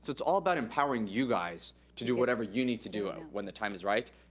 it's all about empowering you guys to do whatever you need to do, when the time is right,